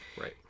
Right